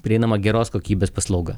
prieinama geros kokybės paslauga